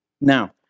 Now